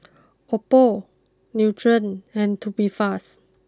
Oppo Nutren and Tubifast